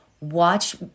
watch